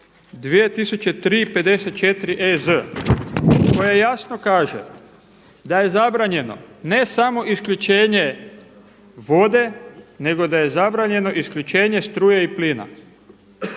54EZ koja jasno kaže da je zabranjeno ne samo isključenje vode, nego da je zabranjeno isključenje struje i plina.